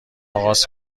آغاز